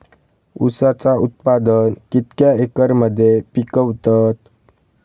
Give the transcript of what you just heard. ऊसाचा उत्पादन कितक्या एकर मध्ये पिकवतत?